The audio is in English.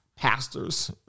Pastors